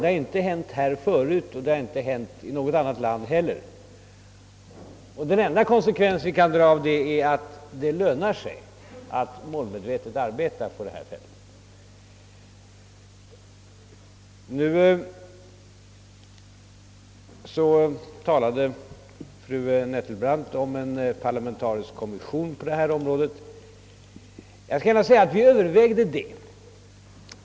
Det har inte hänt i vårt land förut och inte heller i något annat land. Den enda konsekvens vi kan dra av det är att det lönar sig att målmedvetet arbeta på detta fält. Nu talade fru Nettelbrandt om en parlamentarisk kommission på detta om råde. Jag skall gärna säga att vi övervägde den saken.